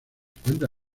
encuentra